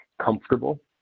comfortable